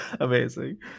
Amazing